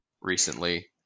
recently